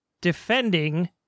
defending